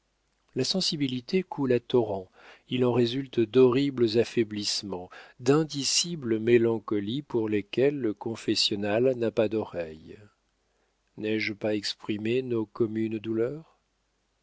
la sensibilité coule à torrents il en résulte d'horribles affaiblissements d'indicibles mélancolies pour lesquelles le confessionnal n'a pas d'oreilles n'ai-je pas exprimé nos communes douleurs